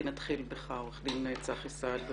עורך דין צחי סעד, נתחיל בך.